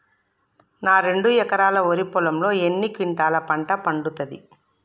నా రెండు ఎకరాల వరి పొలంలో ఎన్ని క్వింటాలా పంట పండుతది?